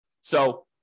So-